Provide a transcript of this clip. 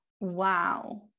Wow